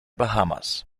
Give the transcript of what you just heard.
bahamas